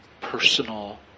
personal